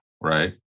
right